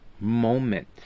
moment